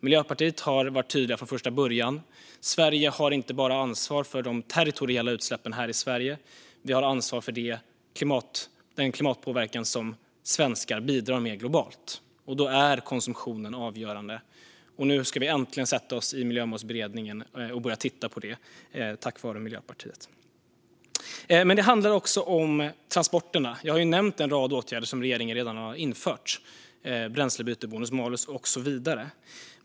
Miljöpartiet har dock varit tydliga från första början: Sverige har inte bara ansvar för de territoriella utsläppen här i Sverige; vi har även ansvar för den klimatpåverkan som svenskar bidrar med globalt, och då är konsumtionen avgörande. Nu ska vi, tack vare Miljöpartiet, äntligen sätta oss i Miljömålsberedningen och börja titta på det här. Det andra är transporterna. Jag har nämnt en rad åtgärder som regeringen redan har infört, till exempel bränslebyte, bonus-malus och så vidare.